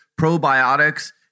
probiotics